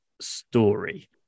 story